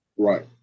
Right